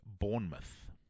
Bournemouth